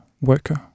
worker